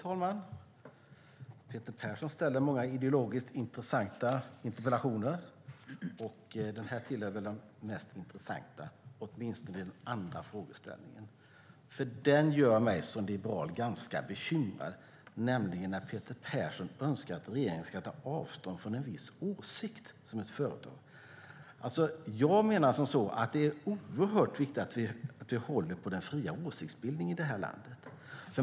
Fru talman! Peter Persson ställer många ideologiskt intressanta interpellationer, och det här är väl en av de allra mest intressanta, åtminstone den andra frågeställningen. Den gör mig som liberal ganska bekymrad. Peter Persson önskar nämligen att regeringen ska ta avstånd från en viss åsikt från ett företag. Jag menar att det är oerhört viktigt att vi håller på den fria åsiktsbildningen i det här landet.